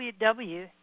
www